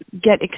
get